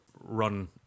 run